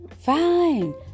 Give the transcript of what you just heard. fine